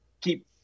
keep